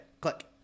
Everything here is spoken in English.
Click